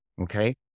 Okay